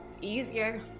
easier